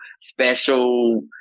special